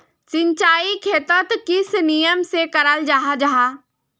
सिंचाई खेतोक किस नियम से कराल जाहा जाहा?